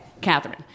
Catherine